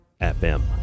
FM